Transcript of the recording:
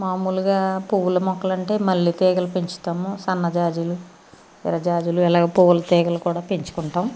మాములుగా పువ్వుల మొక్కలంటే మల్లె తీగలు పెంచుతాము సన్న జాజులు ఎర్ర జాజులు ఇలాగ పువ్వులు తీగలు కూడా పెంచుకుంటాము